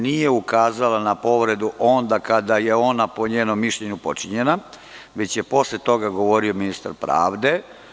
Nije ukazala na povredu onda kada je ona po njenom mišljenju počinjena, već je posle toga govorio ministar pravde.